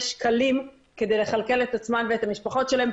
שקלים כדי לכלכל את עצמן ואת המשפחות שלהן.